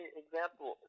example